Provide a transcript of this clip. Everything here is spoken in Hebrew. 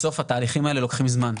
בסוף התהליכים האלה לוקחים זמן.